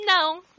No